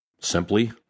Simply